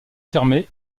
fermés